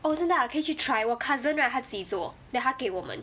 oh 真的 ah 可以去 try 我 cousin right 她自己做 then 她给我们